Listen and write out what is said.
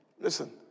listen